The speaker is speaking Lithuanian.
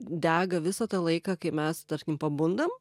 dega visą tą laiką kai mes tarkim pabundam